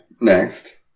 next